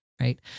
right